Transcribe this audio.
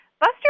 Buster